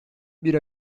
bir